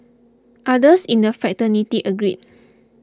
others in the fraternity agreed